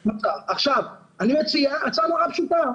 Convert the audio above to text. אני מציע הצעה נורא פשוטה,